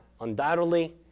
undoubtedly